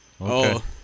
Okay